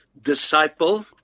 Disciple